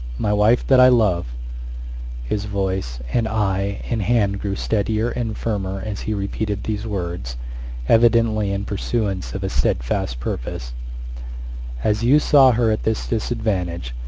my wife that i love his voice, and eye, and hand grew steadier and firmer as he repeated these words evidently in pursuance of a steadfast purpose as you saw her at this disadvantage,